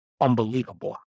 unbelievable